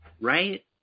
right